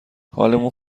حالمون